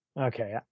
okay